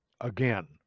Again